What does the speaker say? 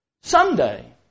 someday